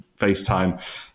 FaceTime